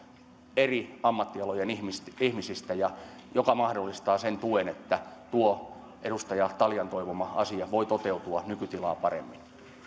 eri ammattialojen ihmisistä ihmisistä joka mahdollistaa sen tuen niin että tuo edustaja taljan toivoma asia voi toteutua nykytilaa paremmin